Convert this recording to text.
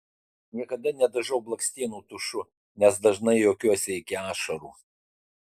niekada nedažau blakstienų tušu nes dažnai juokiuosi iki ašarų